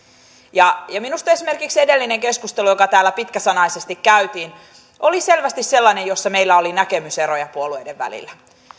ja ja minusta esimerkiksi edellinen keskustelu joka täällä pitkäsanaisesti käytiin oli selvästi sellainen jossa meillä oli näkemyseroja puolueiden välillä